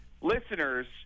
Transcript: listeners